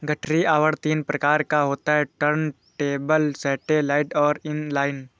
गठरी आवरण तीन प्रकार का होता है टुर्नटेबल, सैटेलाइट और इन लाइन